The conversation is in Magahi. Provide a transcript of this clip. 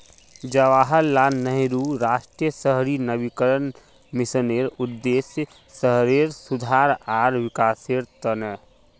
जवाहरलाल नेहरू राष्ट्रीय शहरी नवीकरण मिशनेर उद्देश्य शहरेर सुधार आर विकासेर त न